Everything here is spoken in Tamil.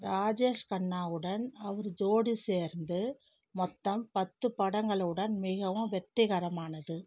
ராஜேஷ் கண்ணாவுடன் அவர் ஜோடி சேர்ந்து மொத்தம் பத்து படங்களுடன் மிகவும் வெற்றிகரமானது